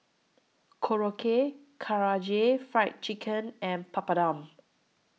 Korokke Karaage Fried Chicken and Papadum